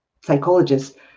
psychologist